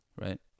right